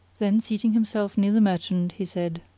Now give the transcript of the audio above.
then seating himself near the merchant he said,